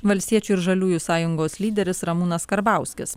valstiečių ir žaliųjų sąjungos lyderis ramūnas karbauskis